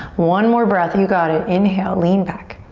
one more breath, you got it. inhale, lean back.